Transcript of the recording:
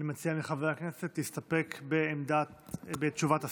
אני מציע לחברי הכנסת להסתפק בתשובת השר.